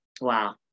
Wow